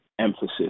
emphasis